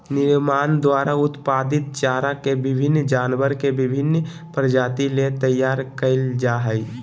निर्माण द्वारा उत्पादित चारा के विभिन्न जानवर के विभिन्न प्रजाति ले तैयार कइल जा हइ